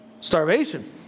Starvation